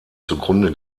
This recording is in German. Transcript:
zugrunde